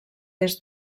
est